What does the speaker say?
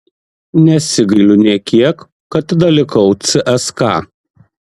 nesigailiu nė kiek kad tada likau cska